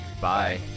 Bye